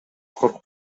коркуп